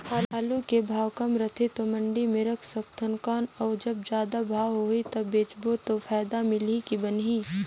आलू के भाव कम रथे तो मंडी मे रख सकथव कौन अउ जब जादा भाव होही तब बेचबो तो फायदा मिलही की बनही?